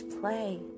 play